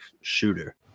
shooter